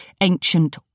ancient